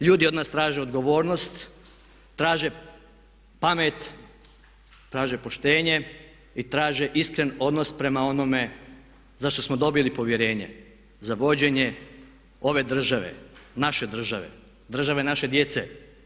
Ljudi od nas traže odgovornost, traže pamet, traže poštenje i traže iskren odnos prema onome za što smo dobili povjerenje za vođenje ove države, naše države, države naše djece.